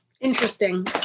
Interesting